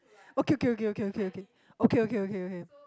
okay okay okay okay okay okay okay